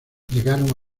llegaron